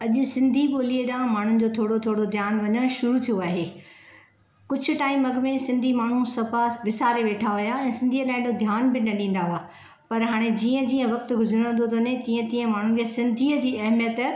अॼु सिंधी ॿोली जा माण्हुनि जो थोरो थोरो ध्यानु वञणु शुरु थियो आहे कुझु टाइम अॻि में सिन्धी माण्हू सफ़ा विसारे वेठा हुआ ऐं सिन्धीअ ते अहिड़ो ध्यान बि न ॾींदा हुआ पर हाणे जीअं जीअं वक्तु गुज़रंदो थो वञे तीअं तीअं माण्हुनि खे सिन्धीअ जी अहमियत